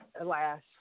alas